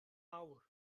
awr